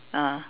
ah